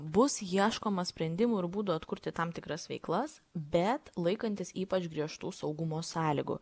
bus ieškoma sprendimų ir būdų atkurti tam tikras veiklas bet laikantis ypač griežtų saugumo sąlygų